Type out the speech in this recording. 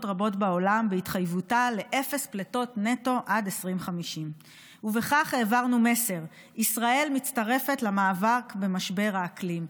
רבות בעולם בהתחייבותה לאפס פליטות נטו עד 2050. בכך העברנו מסר: ישראל מצטרפת למאבק במשבר האקלים.